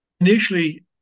initially